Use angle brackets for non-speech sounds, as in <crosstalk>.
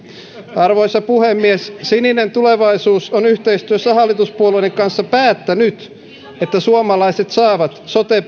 arvoisa puhemies sininen tulevaisuus on yhteistyössä hallituspuolueiden kanssa päättänyt että suomalaiset saavat sote <unintelligible>